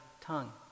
tongue